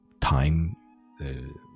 time